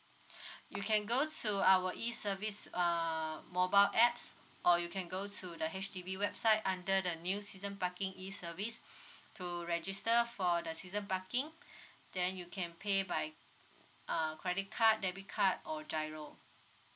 you can go to our E service err mobile apps or you can go to the H_D_B website under the new season parking E service to register for the season parking then you can pay by uh credit card debit card or giro